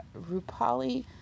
Rupali